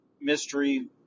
mystery